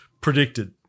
predicted